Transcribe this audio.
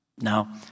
Now